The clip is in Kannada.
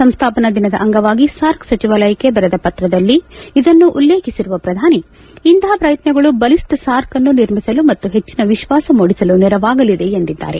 ಸಂಸ್ಥಾಪನಾ ದಿನದ ಅಂಗವಾಗಿ ಸಾರ್ಕ್ ಸಚಿವಾಲಯಕ್ಕೆ ಬರೆದ ಪತ್ರದಲ್ಲಿ ಅವರು ಇದನ್ನು ಉಲ್ಲೇಖಿಸಿರುವ ಪ್ರಧಾನಿ ಇಂಥ ಪ್ರಯತ್ನಗಳು ಬಲಿಷ್ಠ ಸಾರ್ಕ್ ಅನ್ನು ನಿರ್ಮಿಸಲು ಮತ್ತು ಹೆಚ್ಚಿನ ವಿಶ್ವಾಸ ಮೂಡಿಸಲು ನೆರವಾಗಲಿದೆ ಎಂದಿದ್ದಾರೆ